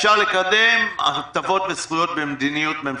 אפשר לקדם הטבות וזכויות כחלק ממדיניות ממשלתית".